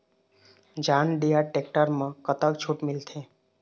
John Deere tractor म कतक छूट मिलथे?